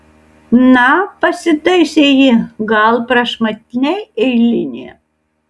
na pasitaisė ji gal prašmatniai eilinė